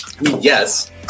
Yes